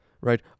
right